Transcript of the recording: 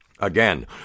Again